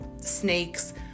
snakes